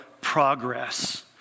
progress